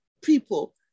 people